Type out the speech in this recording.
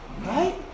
Right